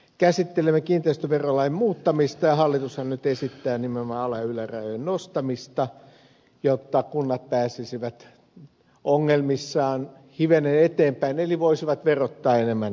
käsittelemme kiinteistöverolain muuttamista ja hallitushan nyt esittää nimenomaan ala ja ylärajojen nostamista jotta kunnat pääsisivät ongelmissaan hivenen eteenpäin eli voisivat verottaa enemmän asukkaita